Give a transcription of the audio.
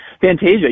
Fantasia